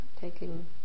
taking